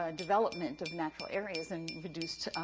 ah development of natural areas and reduced,